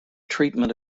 treatment